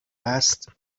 است